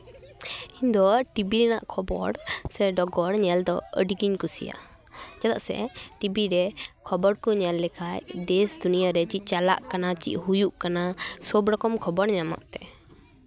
ᱤᱧᱫᱚ ᱴᱤᱵᱷᱤ ᱨᱮᱱᱟᱜ ᱠᱷᱚᱵᱚᱨ ᱥᱮ ᱰᱚᱜᱚᱨ ᱧᱮᱞᱫᱚ ᱟᱹᱰᱤᱜᱤᱧ ᱠᱩᱥᱤᱭᱟᱜᱼᱟ ᱪᱮᱫᱟᱜ ᱥᱮ ᱴᱤᱵᱷᱤ ᱨᱮ ᱠᱷᱚᱵᱚᱨ ᱠᱚ ᱧᱮᱞ ᱞᱮᱠᱷᱟᱡ ᱫᱮᱥ ᱫᱩᱱᱭᱟᱹᱨᱮ ᱪᱮᱫ ᱪᱟᱞᱟᱜ ᱠᱟᱱᱟ ᱪᱮᱫ ᱦᱩᱭᱩᱜ ᱠᱟᱱᱟ ᱥᱚᱵ ᱨᱚᱠᱚᱢ ᱠᱷᱚᱵᱚᱨ ᱧᱟᱢᱚᱜ ᱛᱮ